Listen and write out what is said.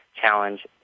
challenge